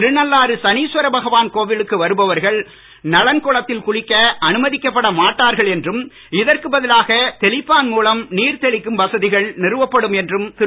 திருநள்ளாறு சனீஸ்வர பகவான் கோவிலுக்கு வருபவர்கள் நளன் குளத்தில் குளிக்க அனுமதிக்கப்பட மாட்டார்கள் என்றும் இதற்கு பதிலாக தெளிப்பான் மூலம் நீர் தெளிக்கும் வசதிகள் நிறுவப்படும் என்றும் திரு